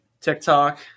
TikTok